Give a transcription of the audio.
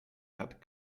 had